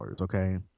okay